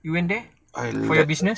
you went there for your business